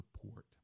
support